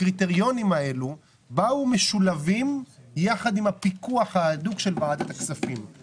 הקריטריונים האלה באו משולבים ביחד עם הפיקוח ההדוק של ועדת הכספים.